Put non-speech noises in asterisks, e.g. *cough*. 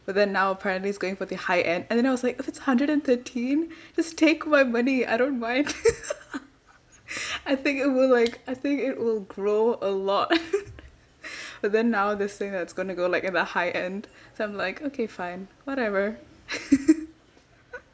but then now apparently it's going for the high end and then I was like if it's hundred and thirteen just take my money I don't mind *laughs* I think it will like I think it will grow a lot *laughs* but then now they're saying it's going to go like the high end so I'm like okay fine whatever *laughs*